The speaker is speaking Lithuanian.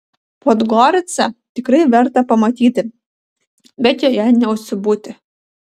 podgoricą tikrai verta pamatyti bet joje neužsibūti